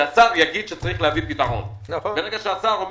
כשהשר יגיד שצריך להביא פתרון.